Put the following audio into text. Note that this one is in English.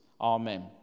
Amen